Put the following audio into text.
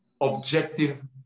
objective